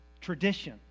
tradition